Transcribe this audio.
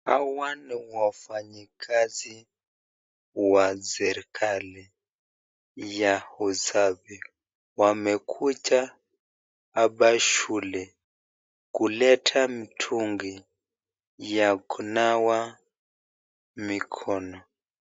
Hawa ni wafanyikazi wa serikali ya Usafi wamekuja hapa shule kuleta mtungi ya kunawia mikono.